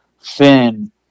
Finn